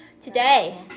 Today